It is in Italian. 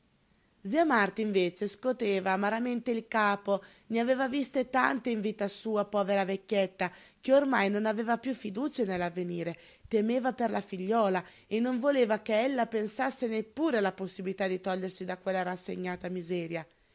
zia marta invece scoteva amaramente il capo ne aveva viste tante in vita sua povera vecchietta che ormai non aveva piú fiducia nell'avvenire temeva per la figliola e non voleva che ella pensasse neppure alla possibilità di togliersi da quella rassegnata miseria